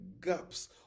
gaps